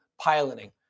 piloting